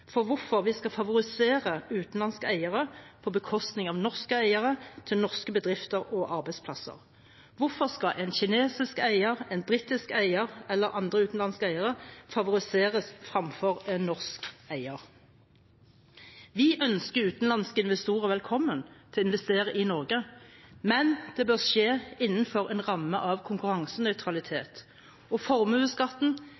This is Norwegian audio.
for hvorfor vi skal favorisere utenlandske eiere på bekostning av norske eiere til norske bedrifter og arbeidsplasser. Hvorfor skal en kinesisk eier, en britisk eier eller andre utenlandske eiere favoriseres fremfor en norsk eier? Vi ønsker utenlandske investorer velkommen til å investere i Norge, men det bør skje innenfor en ramme av